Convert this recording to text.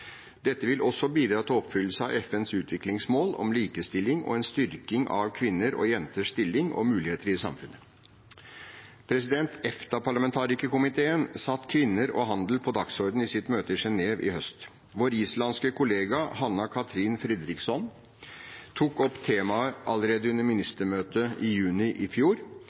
Dette vil også bidra til oppfyllelse av FNs utviklingsmål om likestilling og en styrking av kvinner og jenters stilling og muligheter i samfunnet. EFTA-parlamentarikerkomiteen satte kvinner og handel på dagsordenen i sitt møte i Genève i høst. Vår islandske kollega, Hanna Katrín Friðriksson, tok opp temaet allerede under ministermøtet i juni i fjor.